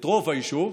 את רוב היישוב.